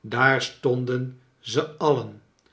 daar stonden ze alien